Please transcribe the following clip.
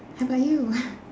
how about you